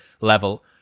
level